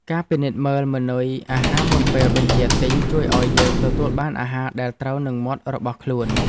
ការពិនិត្យមើលម៉ឺនុយអាហារមុនពេលបញ្ជាទិញជួយឱ្យយើងទទួលបានអាហារដែលត្រូវនឹងមាត់របស់ខ្លួន។